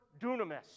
dunamis